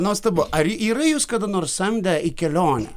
nuostabu ar yra jus kada nors samdę į kelionę